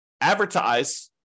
advertise